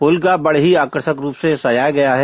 होलिकाओं बड़े ही आकर्षक रूप से सजाया गया है